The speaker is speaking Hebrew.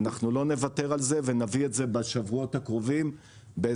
אנחנו לא נוותר על זה ונביא את זה בשבועות הקרובים בעזרתך,